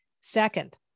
Second